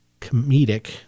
comedic